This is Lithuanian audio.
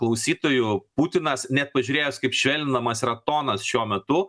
klausytoju putinas net pažiūrėjęs kaip švelninamas yra tonas šiuo metu